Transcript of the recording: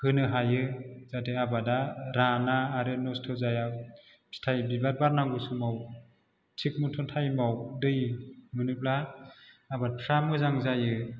होनो हायो जाहाथे आबादा राना आरो नस्थ' जाया फिथाइ बिबार बारनांगौ समाव थिक मथन थाइमाव दै मोनोब्ला आबादफ्रा मोजां जायो